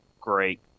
great